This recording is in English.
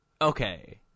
okay